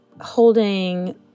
holding